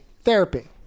therapy